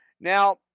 Now